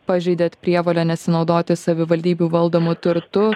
pažeidėt prievolę nesinaudoti savivaldybių valdomu turtu